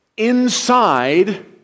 inside